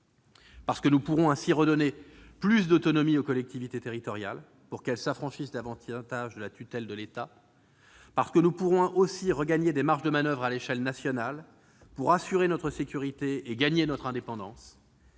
parce que nous pourrons ainsi redonner plus d'autonomie aux collectivités territoriales pour qu'elles s'affranchissent davantage de la tutelle de l'État. Parce que nous pourrons aussi regagner des marges de manoeuvre à l'échelle nationale pour assurer notre sécurité et gagner notre indépendance,